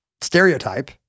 stereotype